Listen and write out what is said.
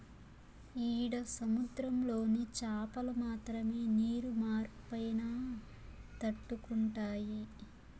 ఈడ సముద్రంలోని చాపలు మాత్రమే నీరు మార్పైనా తట్టుకుంటాయి